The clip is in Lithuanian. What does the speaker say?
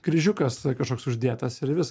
kryžiukas kažkoks uždėtas ir vis